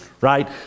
right